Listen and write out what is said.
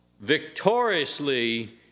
victoriously